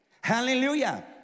Hallelujah